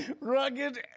Rugged